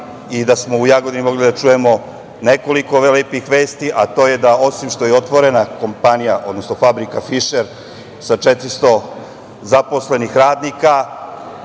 i da smo u Jagodini mogli da čujemo nekoliko lepih vesti, a to je da osim što je otvorena fabrika „Fišer“ sa 400 zaposlenih radnika.